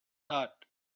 heart